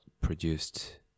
produced